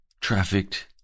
trafficked